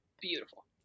beautiful